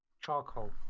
charcoal